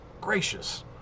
Gracious